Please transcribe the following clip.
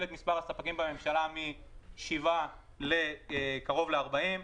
את מספר הספקים בממשלה משבעה לקרוב ל-40,